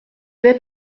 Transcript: vais